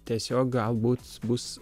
tiesiog galbūt bus